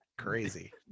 crazy